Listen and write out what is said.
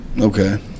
Okay